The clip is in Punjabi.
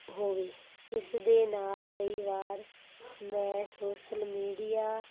ਹੋਵੇ ਇਸ ਦੇ ਨਾਲ ਕਈ ਵਾਰ ਮੈਂ ਸੋਸਲ ਮੀਡੀਆ